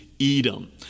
Edom